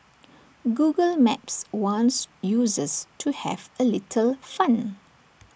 Google maps wants users to have A little fun